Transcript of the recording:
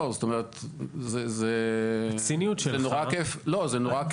הציניות שלך --- סליחה,